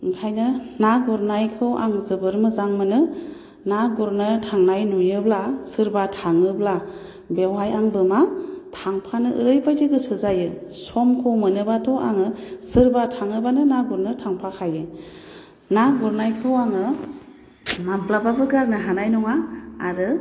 ओंखायनो ना गुरनायखौ आं जोबोर मोजां मोनो ना गुरनो थांनाय नुयोब्ला सोरबा थाङोब्ला बेवहाय आंबो मा थांफानो ओरैबायदि गोसो जायो समखौ मोनोबाथ' आङो सोरबा थाङोबानो ना गुरनो थांफाखायो ना गुरनायखौ आङो माब्लाबाबो गारनो हानाय नङा आरो